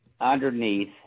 underneath